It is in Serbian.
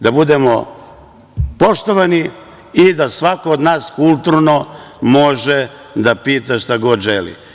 Da budemo poštovani i da svako od nas kulturno može da pita šta god želi.